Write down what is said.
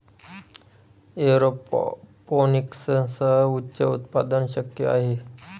एरोपोनिक्ससह उच्च उत्पादन शक्य आहे